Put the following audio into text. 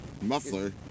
Muffler